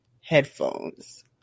headphones